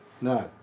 No